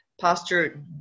Pastor